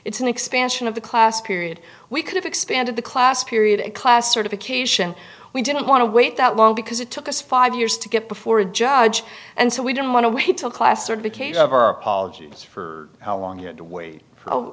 it's an expansion of the class period we could have expanded the class period class certification we didn't want to wait that long because it took us five years to get before a judge and so we didn't want to wait till class certification of our apologies for how long you'd wait oh